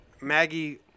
Maggie